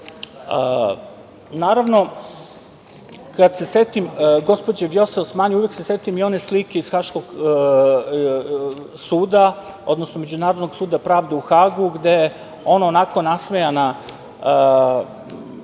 odgovarao. Kad se setim gospođe Vjose Osmani, uvek se setim i one slike iz haškog suda, odnosno Međunarodnog suda pravde u Hagu, gde ona onako nasmejana,